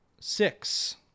six